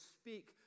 speak